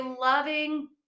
loving